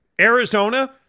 Arizona